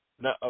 no